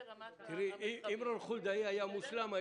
אם רון חולדאי היה מושלם,